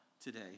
today